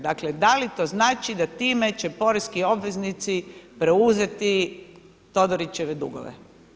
Dakle, da li to znači da time će poreski obveznici preuzeti Todorićeve dugove?